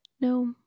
no